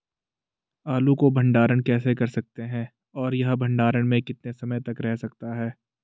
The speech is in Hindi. आलू को भंडारण कैसे कर सकते हैं और यह भंडारण में कितने समय तक रह सकता है?